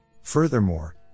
Furthermore